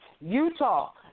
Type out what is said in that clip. Utah